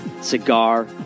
Cigar